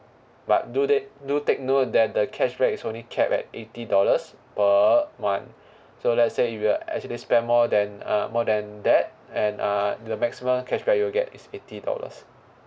but do they do take note that the cashback is only capped at eighty dollars per month so let's say if you actually spend more than uh more than that and uh the maximum cashback you'll get is eighty dollars